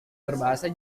berbahasa